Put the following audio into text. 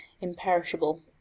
imperishable